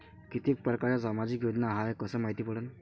कितीक परकारच्या सामाजिक योजना हाय कस मायती पडन?